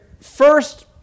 first